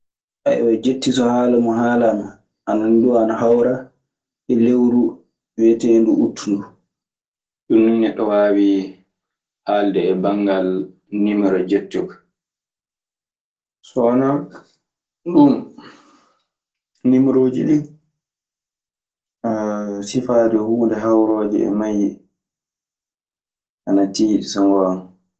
Ayiwa jetti so haalaa mun haalaama. Anandu Ana hawra e lewru wiyeteendu Ut nduu. Ɗun nii neɗɗo waawi haalde e bangal niimoro jetti oo kaa. So wanaa ɗun, niimorooji ɗii sifaade huunde hawrooje e mayyi ana tiiɗi so ngoonga.